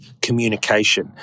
communication